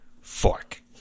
fork